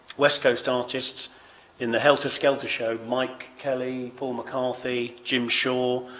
west coast artists in the helter skelter show mike kelly, paul mccarthy jim shaw,